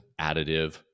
additive